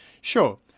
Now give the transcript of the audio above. Sure